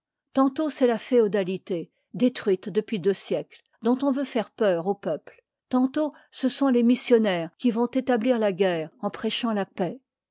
tantôt c'est la féodalité détruite depuis deux siècles dont on veut faire peur aux peuples tantôt ce so nt les missionnaires qui vont établir la guerre en prêchant la paix